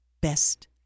best